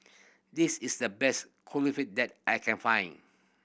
this is the best Kulfi that I can find